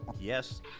Yes